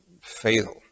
fatal